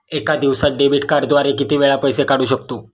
एका दिवसांत डेबिट कार्डद्वारे किती वेळा पैसे काढू शकतो?